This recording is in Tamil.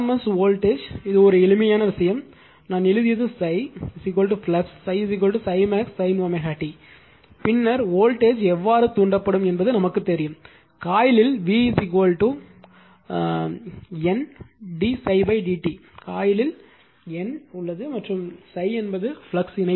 எஸ் வோல்டேஜ் ஒரு எளிய விஷயம் நான் எழுதியது ∅ ஃப்ளக்ஸ் ∅ ∅max sin t பின்னர் வோல்டேஜ் எவ்வாறு தூண்டப்படும் என்பது நமக்குத் தெரியும் காயிலில் v N d ∅ dt காயிலில் N எண் உள்ளது மற்றும் ∅ என்பது ஃப்ளக்ஸ் இணைப்பு